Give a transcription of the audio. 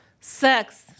Sex